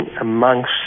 amongst